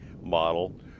model